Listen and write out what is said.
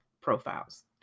profiles